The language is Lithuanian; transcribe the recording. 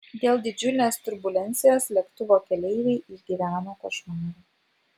dėl didžiulės turbulencijos lėktuvo keleiviai išgyveno košmarą